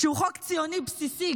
שהוא חוק ציוני בסיסי.